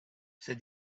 said